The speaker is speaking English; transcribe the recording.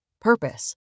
Purpose